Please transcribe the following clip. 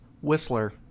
Whistler